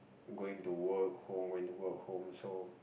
going to work home when work home so